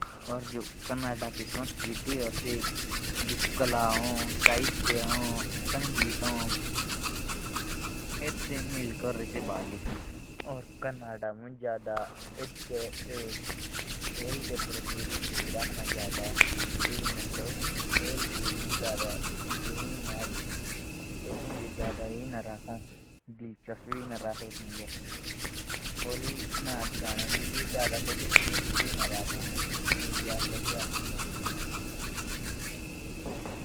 कनाडा में भी साहित्य और खेल के प्रति व्हा ज़्यादा रूचि नहीं है। वो खेल कूद नहीं खेलते ज़्यादा और सफ़ाई भी बढ़िया है।